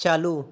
चालू